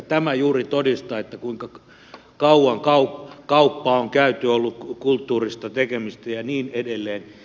tämä juuri todistaa kuinka kauan kauppaa on käyty ollut kulttuurillista tekemistä ja niin edelleen